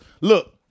look